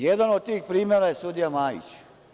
Jedan od tih primera je sudija Majić.